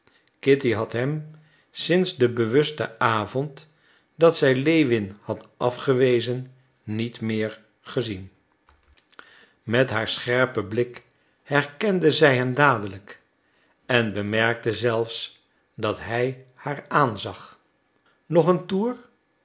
kitty had hem sinds den bewusten avond dat zij lewin had afgewezen niet meer gezien met haar scherpen blik herkende zij hem dadelijk en bemerkte zelfs dat hij haar aanzag nog een toer